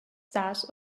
stars